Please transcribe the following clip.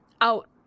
out